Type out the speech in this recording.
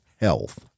health